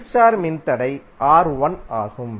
எதிர் ஸ்டார் மின்தடை R1 ஆகும்